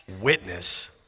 witness